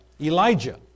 Elijah